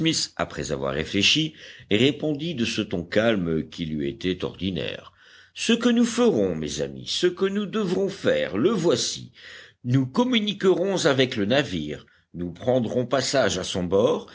après avoir réfléchi répondit de ce ton calme qui lui était ordinaire ce que nous ferons mes amis ce que nous devrons faire le voici nous communiquerons avec le navire nous prendrons passage à son bord